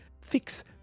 fix